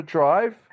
Drive